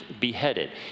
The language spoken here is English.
beheaded